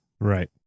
Right